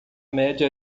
média